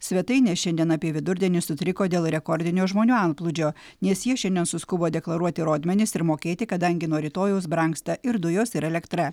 svetainė šiandien apie vidurdienį sutriko dėl rekordinio žmonių antplūdžio nes jie šiandien suskubo deklaruoti rodmenis ir mokėti kadangi nuo rytojaus brangsta ir dujos ir elektra